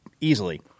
easily